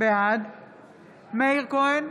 בעד מאיר כהן,